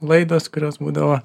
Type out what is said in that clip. laidos kurios būdavo